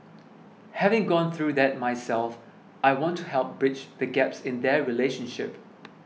having gone through that myself I want to help bridge the gaps in their relationship